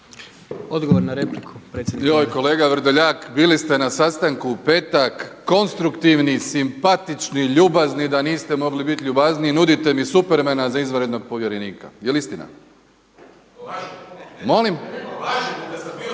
Odgovor na repliku. **Plenković, Andrej (HDZ)** Joj kolega Vrdoljak bili ste na sastanku u petak konstruktivni, simpatični, ljubazni da niste mogli biti ljubazniji, nudite mi Supermana za izvanrednog povjerenika. Jel istina? …